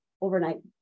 overnight